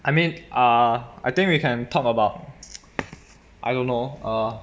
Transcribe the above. I mean ah I think we can talk about I don't know err